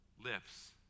lips